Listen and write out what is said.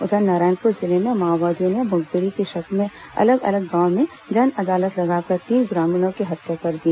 उधर नारायणपुर जिले में माओवादियों ने मुखबिरी के शक में अलग अलग गांवों में जनअदालत लगाकर तीन ग्रामीणों की हत्या कर दी